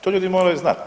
To ljudi moraju znati.